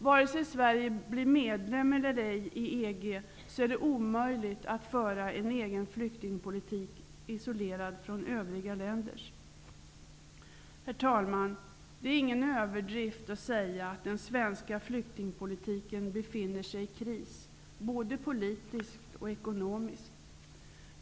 Vare sig Sverige blir medlem i EG eller ej är det omöjligt att föra en egen flyktingpolitik, isolerad från övriga länders. Herr talman! Det är ingen överdrift att säga att den svenska flyktingpolitiken befinner sig i kris, både politiskt och ekonomiskt.